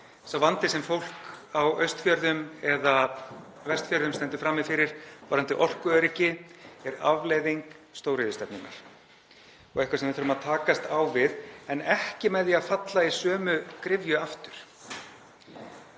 Sá vandi sem fólk á Austfjörðum eða Vestfjörðum stendur frammi fyrir varðandi orkuöryggi er afleiðing stóriðjustefnunnar. Það er eitthvað sem við þurfum að takast á við en ekki með því að falla í sömu gryfju aftur.